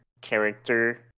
character